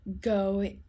go